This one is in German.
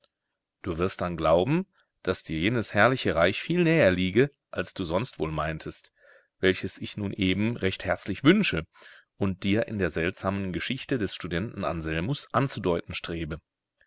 du wirst dann glauben daß dir jenes herrliche reich viel näher liege als du sonst wohl meintest welches ich nun eben recht herzlich wünsche und dir in der seltsamen geschichte des studenten anselmus anzudeuten strebe